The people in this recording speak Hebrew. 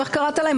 או איך קראת להם?